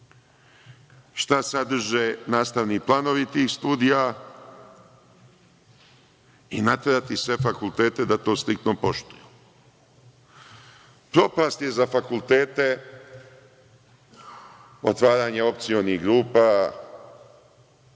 šta sadrže nastavni planovi tih studija i naterati sve fakultete da to striktno poštuju. Propast je za fakultete otvaranje opcionih grupa,